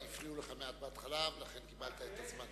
הפריעו לך מעט בהתחלה, ולכן קיבלת את הזמן.